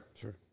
Sure